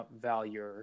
value